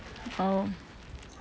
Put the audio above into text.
oh